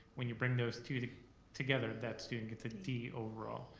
when you bring those two together, that student gets a d overall.